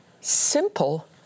simple